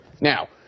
Now